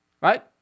Right